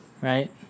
right